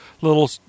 little